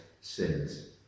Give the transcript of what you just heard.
sins